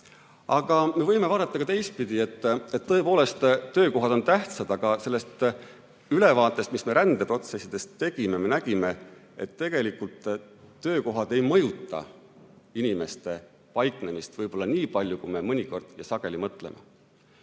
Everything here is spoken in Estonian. Aga me võime vaadata ka teistpidi. Tõepoolest, töökohad on tähtsad, aga sellest ülevaatest, mis me rändeprotsessidest tegime, me nägime, et tegelikult töökohad ei mõjuta inimeste paiknemist võib-olla nii palju, kui me mõnikord ja sageli mõtleme.